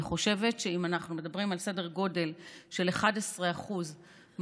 אני חושבת שאם אנחנו מדברים על סדר גודל של 11% מהאוכלוסייה,